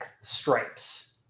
stripes